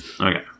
Okay